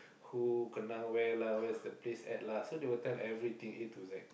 who kena where lah where's the place at lah so they will tell everything A to Z